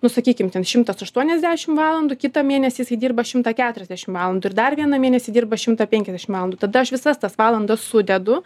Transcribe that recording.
nu sakykim ten šimtas aštuoniasdešim valandų kitą mėnesį jisai dirba šimtą keturiasdešim valandų ir dar vieną mėnesį dirba šimtą penkiasdešim valandų tada aš visas tas valandas sudedu